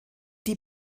die